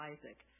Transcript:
Isaac